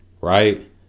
Right